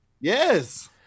Yes